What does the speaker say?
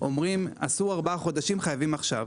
אומרים: אסור ארבעה חודשים - חייבים עכשיו.